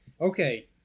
Okay